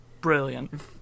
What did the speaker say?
Brilliant